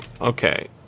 Okay